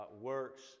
works